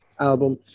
Album